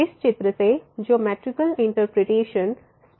इस चित्र से ज्योमैट्रिकल इंटरप्रिटेशन स्पष्ट है